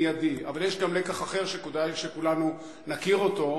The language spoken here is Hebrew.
מיידי, אבל יש גם לקח אחר שכדאי שכולנו נכיר אותו.